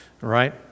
right